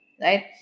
right